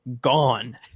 gone